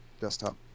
desktop